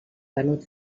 venut